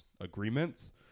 agreements